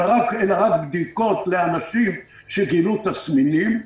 אלא רק בדיקות לאנשים שגילו תסמינים.